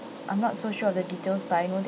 I'm not so sure of the details but I know that